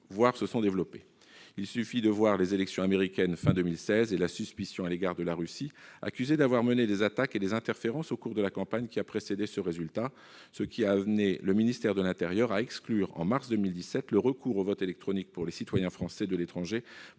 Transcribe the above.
ne se sont pas développées. Il n'est qu'à voir les élections américaines de la fin de l'année 2016 et la suspicion à l'égard de la Russie, accusée d'avoir mené des attaques et des interférences au cours de la campagne qui a précédé ce résultat. Cette situation a amené le ministère de l'intérieur à exclure, au mois de mars 2017, le recours au vote électronique pour les citoyens français de l'étranger